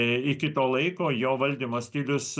iki to laiko jo valdymo stilius